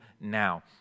now